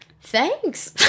thanks